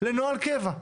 לנוהל קבע?